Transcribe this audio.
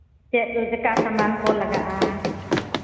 ᱪᱮᱫ ᱞᱮᱠᱟ ᱥᱟᱢᱟᱱ ᱠᱚ ᱢᱮᱱᱟᱜᱼᱟ